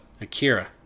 Akira